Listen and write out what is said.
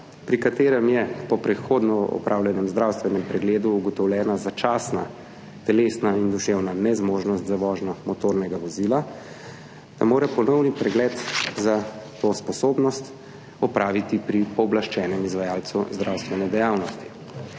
pri katerem je po prehodno opravljenem zdravstvenem pregledu ugotovljena začasna telesna in duševna nezmožnost za vožnjo motornega vozila, ponovni pregled za to sposobnost opraviti pri pooblaščenem izvajalcu zdravstvene dejavnosti.